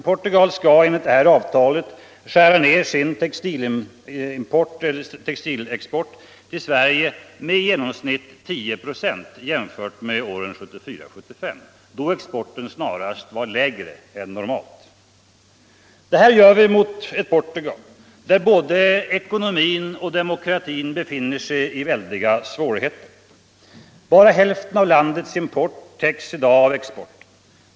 Portugal skall enligt det här avtalet skära ner sin textilexport till Sverige med i genomsnitt 10 26 jämfört med 1974/75, då exporten snarast var lägre än normalt. Detta gör vi mot ett Portugal, där både ekonomin och demokratin befinner sig i väldiga svårigheter. Bara hälften av landets import täcks i dag av exporten.